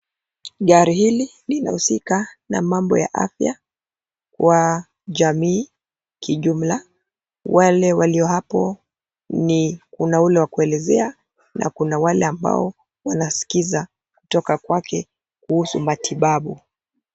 Gari hili linahusika na mambo ya afya wa jamii kijumla. Wale walio hapo ni kuna yule wa kuelezea na kuna wale ambao wanaskiza kutoka kwake kuhusu matibabu.